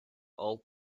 old